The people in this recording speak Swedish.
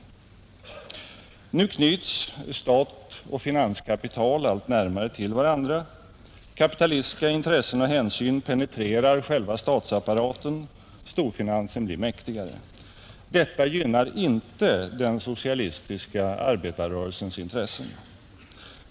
Nu knyts stat och finanskapital allt närmare till varandra, kapitalistiska intressen och hänsyn penetrerar själva statsapparaten, storfinansen blir mäktigare. Detta gynnar inte den socialistiska arbetarrörelsens intressen.